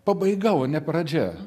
pabaiga o ne pradžia